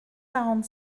quarante